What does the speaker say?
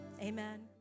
Amen